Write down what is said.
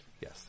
Yes